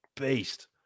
beast